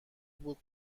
بود